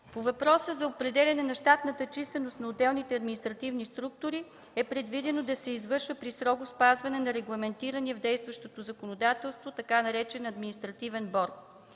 По въпроса за определяне на щатната численост на отделните административни структури е предвидено то да се извършва при строго спазване на регламентирания в действащото законодателство така наречен „Административен борд”.